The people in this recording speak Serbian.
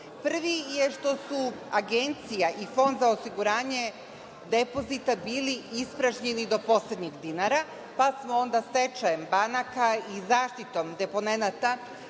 Prvi je što su Agencija i Fond za osiguranje depozita bili ispražnjeni do poslednjeg dinara, pa je onda stečajem banaka i zaštitom deponenata